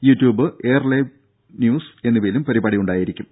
YouTube AIR live news എന്നിവയിലും പരിപാടി യുണ്ടായിരിക്കും